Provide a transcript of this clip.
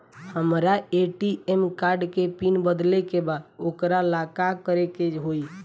हमरा ATM card के PIN बदले के बा वोकरा ला का करे के होई?